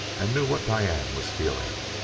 and knew what diane was feeling.